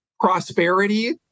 prosperity